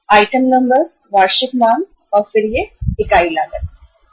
item number वार्षिक मांग और फिर यह इकाई लागत है